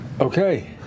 Okay